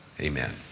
Amen